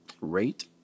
rate